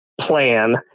plan